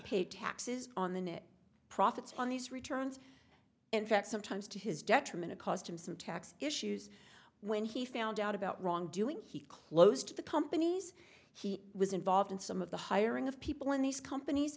paid taxes on the net profits on these returns in fact sometimes to his detriment it cost him some tax issues when he found out about wrongdoing he closed the companies he was involved in some of the hiring of people in these companies